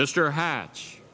mr hatch